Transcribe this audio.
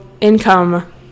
income